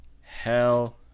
Hell